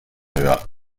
höher